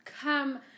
come